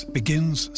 begins